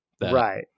Right